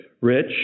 rich